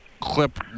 clip